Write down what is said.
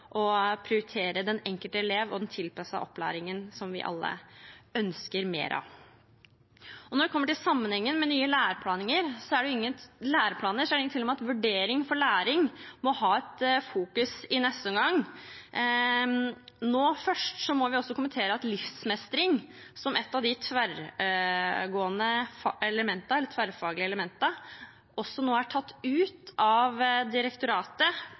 å prioritere den enkelte eleven og den tilpassede opplæringen vi alle ønsker mer av. Når det kommer til sammenhengen med nye læreplaner, er det ingen tvil om at vurdering for læring må fokuseres på i neste omgang. Nå må vi først også kommentere at livsmestring, som et av de tverrfaglige elementene, har direktoratet tatt ut, etter forespørsel fra departementet. Nå er